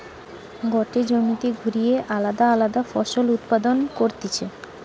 গটে জমিতে ঘুরিয়ে আলদা আলদা ফসল উৎপাদন করতিছে